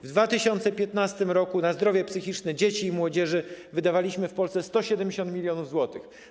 W 2015 r. na zdrowie psychiczne dzieci i młodzieży wydawaliśmy w Polsce 170 mln zł.